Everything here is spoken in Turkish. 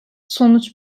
sonuç